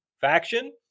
faction